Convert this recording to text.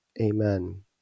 Amen